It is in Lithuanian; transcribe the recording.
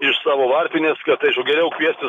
iš savo varpinės kad aišku geriau kviestis